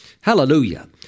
Hallelujah